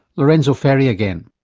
lorenzo ferri again.